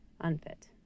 Unfit